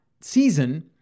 season